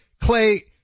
Clay